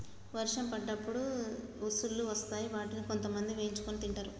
వర్షం పడ్డప్పుడు ఉసుల్లు వస్తాయ్ వాటిని కొంతమంది వేయించుకొని తింటరు